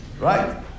right